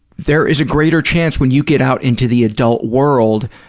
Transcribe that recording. there is a greater chance, when you get out into the adult world,